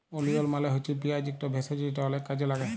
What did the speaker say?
ওলিয়ল মালে হছে পিয়াঁজ ইকট ভেষজ যেট অলেক কাজে ল্যাগে